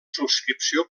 subscripció